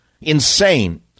insane